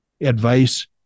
Advice